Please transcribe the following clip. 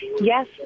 Yes